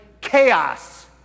chaos